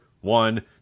One